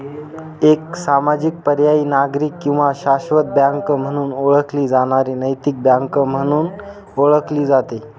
एक सामाजिक पर्यायी नागरिक किंवा शाश्वत बँक म्हणून ओळखली जाणारी नैतिक बँक म्हणून ओळखले जाते